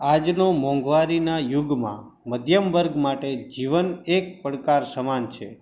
આજનો મોઘવારીના યુગમાં મધ્યમ વર્ગ માટે જીવન એક પડકાર સમાન છે